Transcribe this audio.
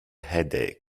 headache